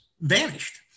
vanished